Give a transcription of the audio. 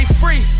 free